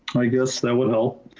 i guess that would help.